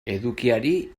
edukiari